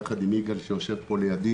ביחד עם יגאל כוחלני שיושב פה לידי